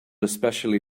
especially